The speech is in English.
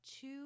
two